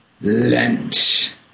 Lent